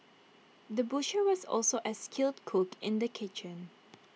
the butcher was also A skilled cook in the kitchen